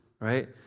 Right